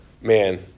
man